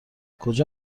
کجا